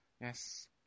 Yes